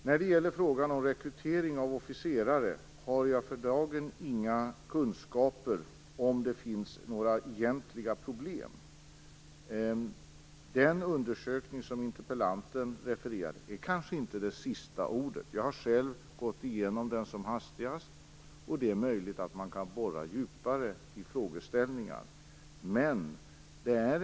När det gäller frågan om rekrytering av officerare har jag för dagen inga kunskaper om det finns några egentliga problem. Den undersökning som interpellanten refererade till är kanske inte det sista ordet. Jag har själv gått igenom den som hastigast. Det är möjligt att man kan borra djupare i frågeställningarna.